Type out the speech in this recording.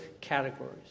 categories